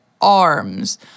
arms